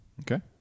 Okay